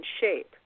shape